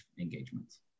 engagements